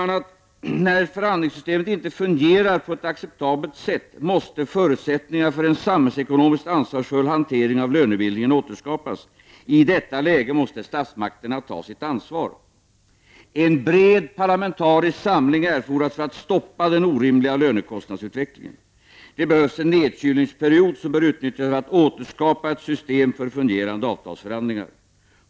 När förhandlingssystemet inte fungerar på ett acceptabelt sätt måste förutsättningar för en samhällsekonomisk ansvarsfull hantering av lönebildningen återskapas. I detta läge måste statsmakterna ta sitt ansvar. En bred parlamentarisk samling erfordras för att stoppa den orimliga lönekostnadsutvecklingen. Det behövs en nedkylningsperiod som bör utnyttjas för att återskapa ett system för fungerande avtalsförhandlingar.